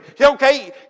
Okay